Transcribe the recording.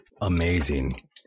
Amazing